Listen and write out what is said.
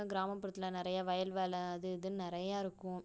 கிராமப்புறத்தில் நிறைய வயல் வேலை அது இதுன்னு நிறையா இருக்கும்